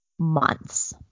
Months